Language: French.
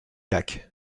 lac